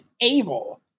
able